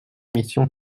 mission